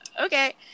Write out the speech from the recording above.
okay